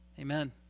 Amen